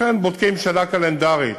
לכן בודקים שנה קלנדרית,